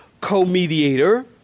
co-mediator